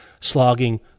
slogging